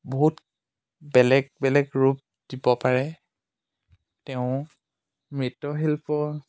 বহুত বেলেগ বেলেগ ৰূপ দিব পাৰে তেওঁ